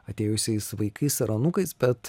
atėjusiais vaikais ar anūkais bet